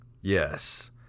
Yes